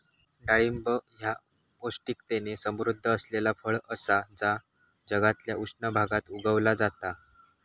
डाळिंब ह्या पौष्टिकतेन समृध्द असलेला फळ असा जा जगातल्या उष्ण भागात उगवला जाता